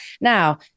Now